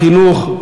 בחינוך,